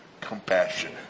compassion